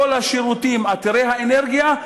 כל השירותים עתירי האנרגיה,